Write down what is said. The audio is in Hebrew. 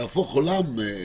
להפוך עולם.